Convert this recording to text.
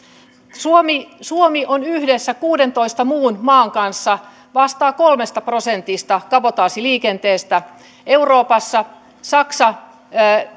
suomi suomi yhdessä kuudentoista muun maan kanssa vastaa kolmesta prosentista kabotaasiliikennettä euroopassa saksa